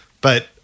But-